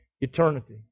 eternity